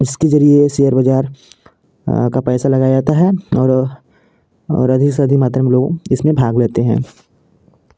इसके जरिए शेयर बाजार का पैसा लगाया जाता है और और अधिक से अधिक मात्र में लोग इसमें भाग लेते है